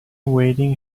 waiting